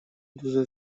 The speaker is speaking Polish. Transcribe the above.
duże